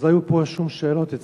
ואז לא היו פה שום שאלות אצלנו.